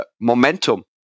momentum